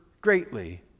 greatly